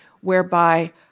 whereby